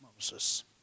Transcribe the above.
Moses